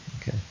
Okay